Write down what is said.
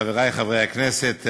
חברי חברי הכנסת,